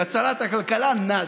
להצלת הכלכלה, נאדה.